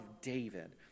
David